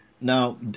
Now